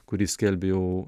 kurį skelbė jau